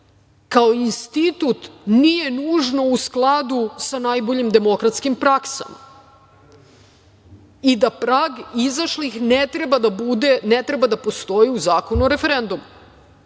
kao institut nije nužno u skladu sa najboljim demokratskim praksama i da prag izašlih ne treba da postoji u Zakonu o referendumu. Dakle,